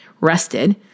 Rested